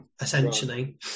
essentially